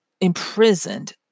imprisoned